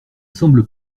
sembles